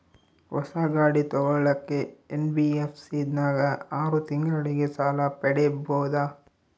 ಹೊಸ ಗಾಡಿ ತೋಗೊಳಕ್ಕೆ ಎನ್.ಬಿ.ಎಫ್.ಸಿ ನಾಗ ಆರು ತಿಂಗಳಿಗೆ ಸಾಲ ಪಡೇಬೋದ?